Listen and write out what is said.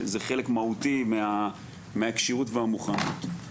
זה חלק מהותי מהכשירות והמוכנות.